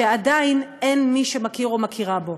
שעדיין אין מי שמכיר או מכירה בו.